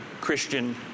Christian